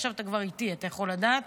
עכשיו אתה כבר איתי, אתה יכול לדעת.